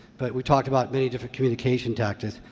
but we talked about many different communication tactics.